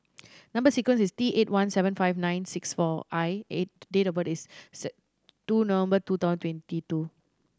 number sequence is T eight one seven five nine six four I and date of birth is two November two thousand twenty two